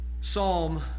Psalm